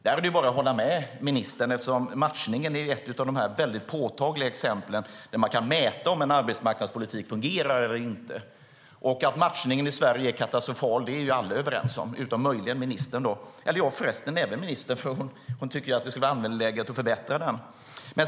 Det är bara att hålla med ministern eftersom matchningen är ett av de påtagliga exempel där man kan mäta om en arbetsmarknadspolitik fungerar eller inte. Matchningen i Sverige är katastrofal; det är alla överens om utom möjligen ministern. Eller förresten gäller det även ministern, för hon tycker ju att det skulle vara angeläget att förbättra den.